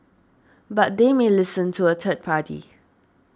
but they may listen to a third party